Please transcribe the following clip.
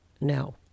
no